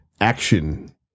action